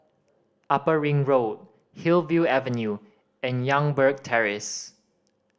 Upper Ring Road Hillview Avenue and Youngberg Terrace